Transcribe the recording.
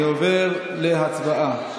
אני עובר להצבעה.